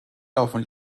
laufen